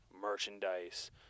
merchandise